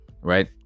right